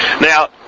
Now